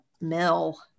mill